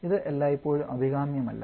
ഇത് എല്ലായിപ്പോഴും അഭികാമ്യമല്ല